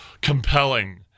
compelling